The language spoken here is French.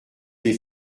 des